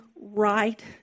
right